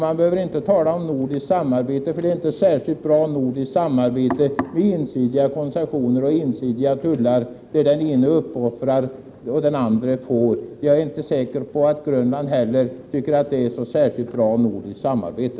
Man bör inte tala om känsla för nordiskt samarbete i det här fallet. Ensidiga koncessioner och ensidiga tullar, där den ene uppoffrar och den andre får, innebär nämligen inte något särskilt bra nordiskt samarbete. Jag är inte säker på att ens Grönland tycker att detta är något bra samarbete.